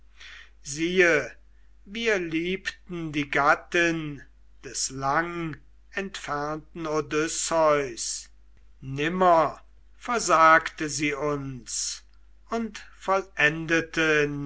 siehe wir liebten die gattin des langentfernten odysseus nimmer versagte sie uns und vollendete